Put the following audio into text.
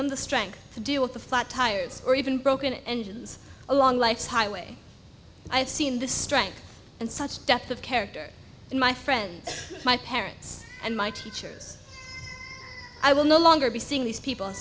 them the strength to deal with the flat tires or even broken engines along life's highway i have seen the strength and such depth of character in my friends my parents and my teachers i will no longer be seeing these people